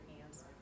hands